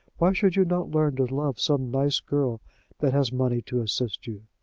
why should you not learn to love some nice girl that has money to assist you?